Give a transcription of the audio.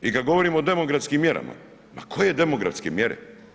I kada govorimo o demografskim mjerama, pa koje demografske mjere.